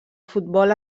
futbol